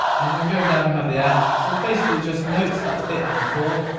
and then going down, we have the f. so, it's basically just notes that fit in the chord,